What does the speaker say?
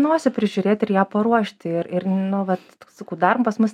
nosį prižiūrėti ir ją paruošti ir ir nu vat sakau dar pas mus